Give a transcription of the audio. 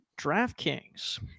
DraftKings